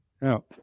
Now